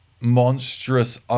monstrous